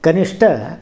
ಕನಿಷ್ಠ